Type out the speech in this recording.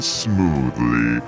smoothly